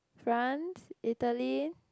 France Italy